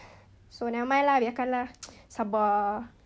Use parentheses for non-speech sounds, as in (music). so nevermind lah biarkan lah (noise) sabar